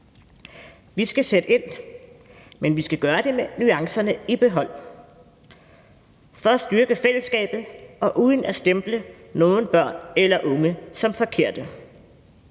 Vi skal sætte ind, men vi skal gøre det med nuancerne i behold for at styrke fællesskabet og uden at stemple nogen børn eller unge som forkerte.